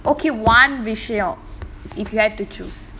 okay one விஷயம்:vishayam if you had to choose